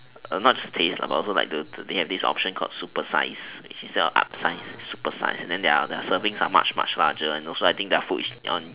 not just taste but also like the they have this option called super size which instead of upsize it's super size and then their their servings are much much larger and also I think their food is